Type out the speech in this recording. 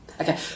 Okay